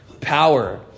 power